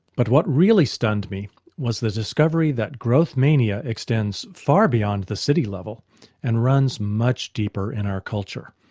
but what really stunned me was the discovery that growth mania extends far beyond the city level and runs much deeper in our culture.